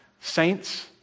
saints